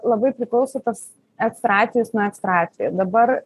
labai priklauso tas ekstra atvejis nuo ekstra atvejo dabar